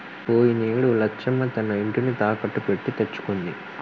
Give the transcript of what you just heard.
పోయినేడు లచ్చమ్మ తన ఇంటిని తాకట్టు పెట్టి తెచ్చుకుంది